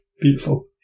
beautiful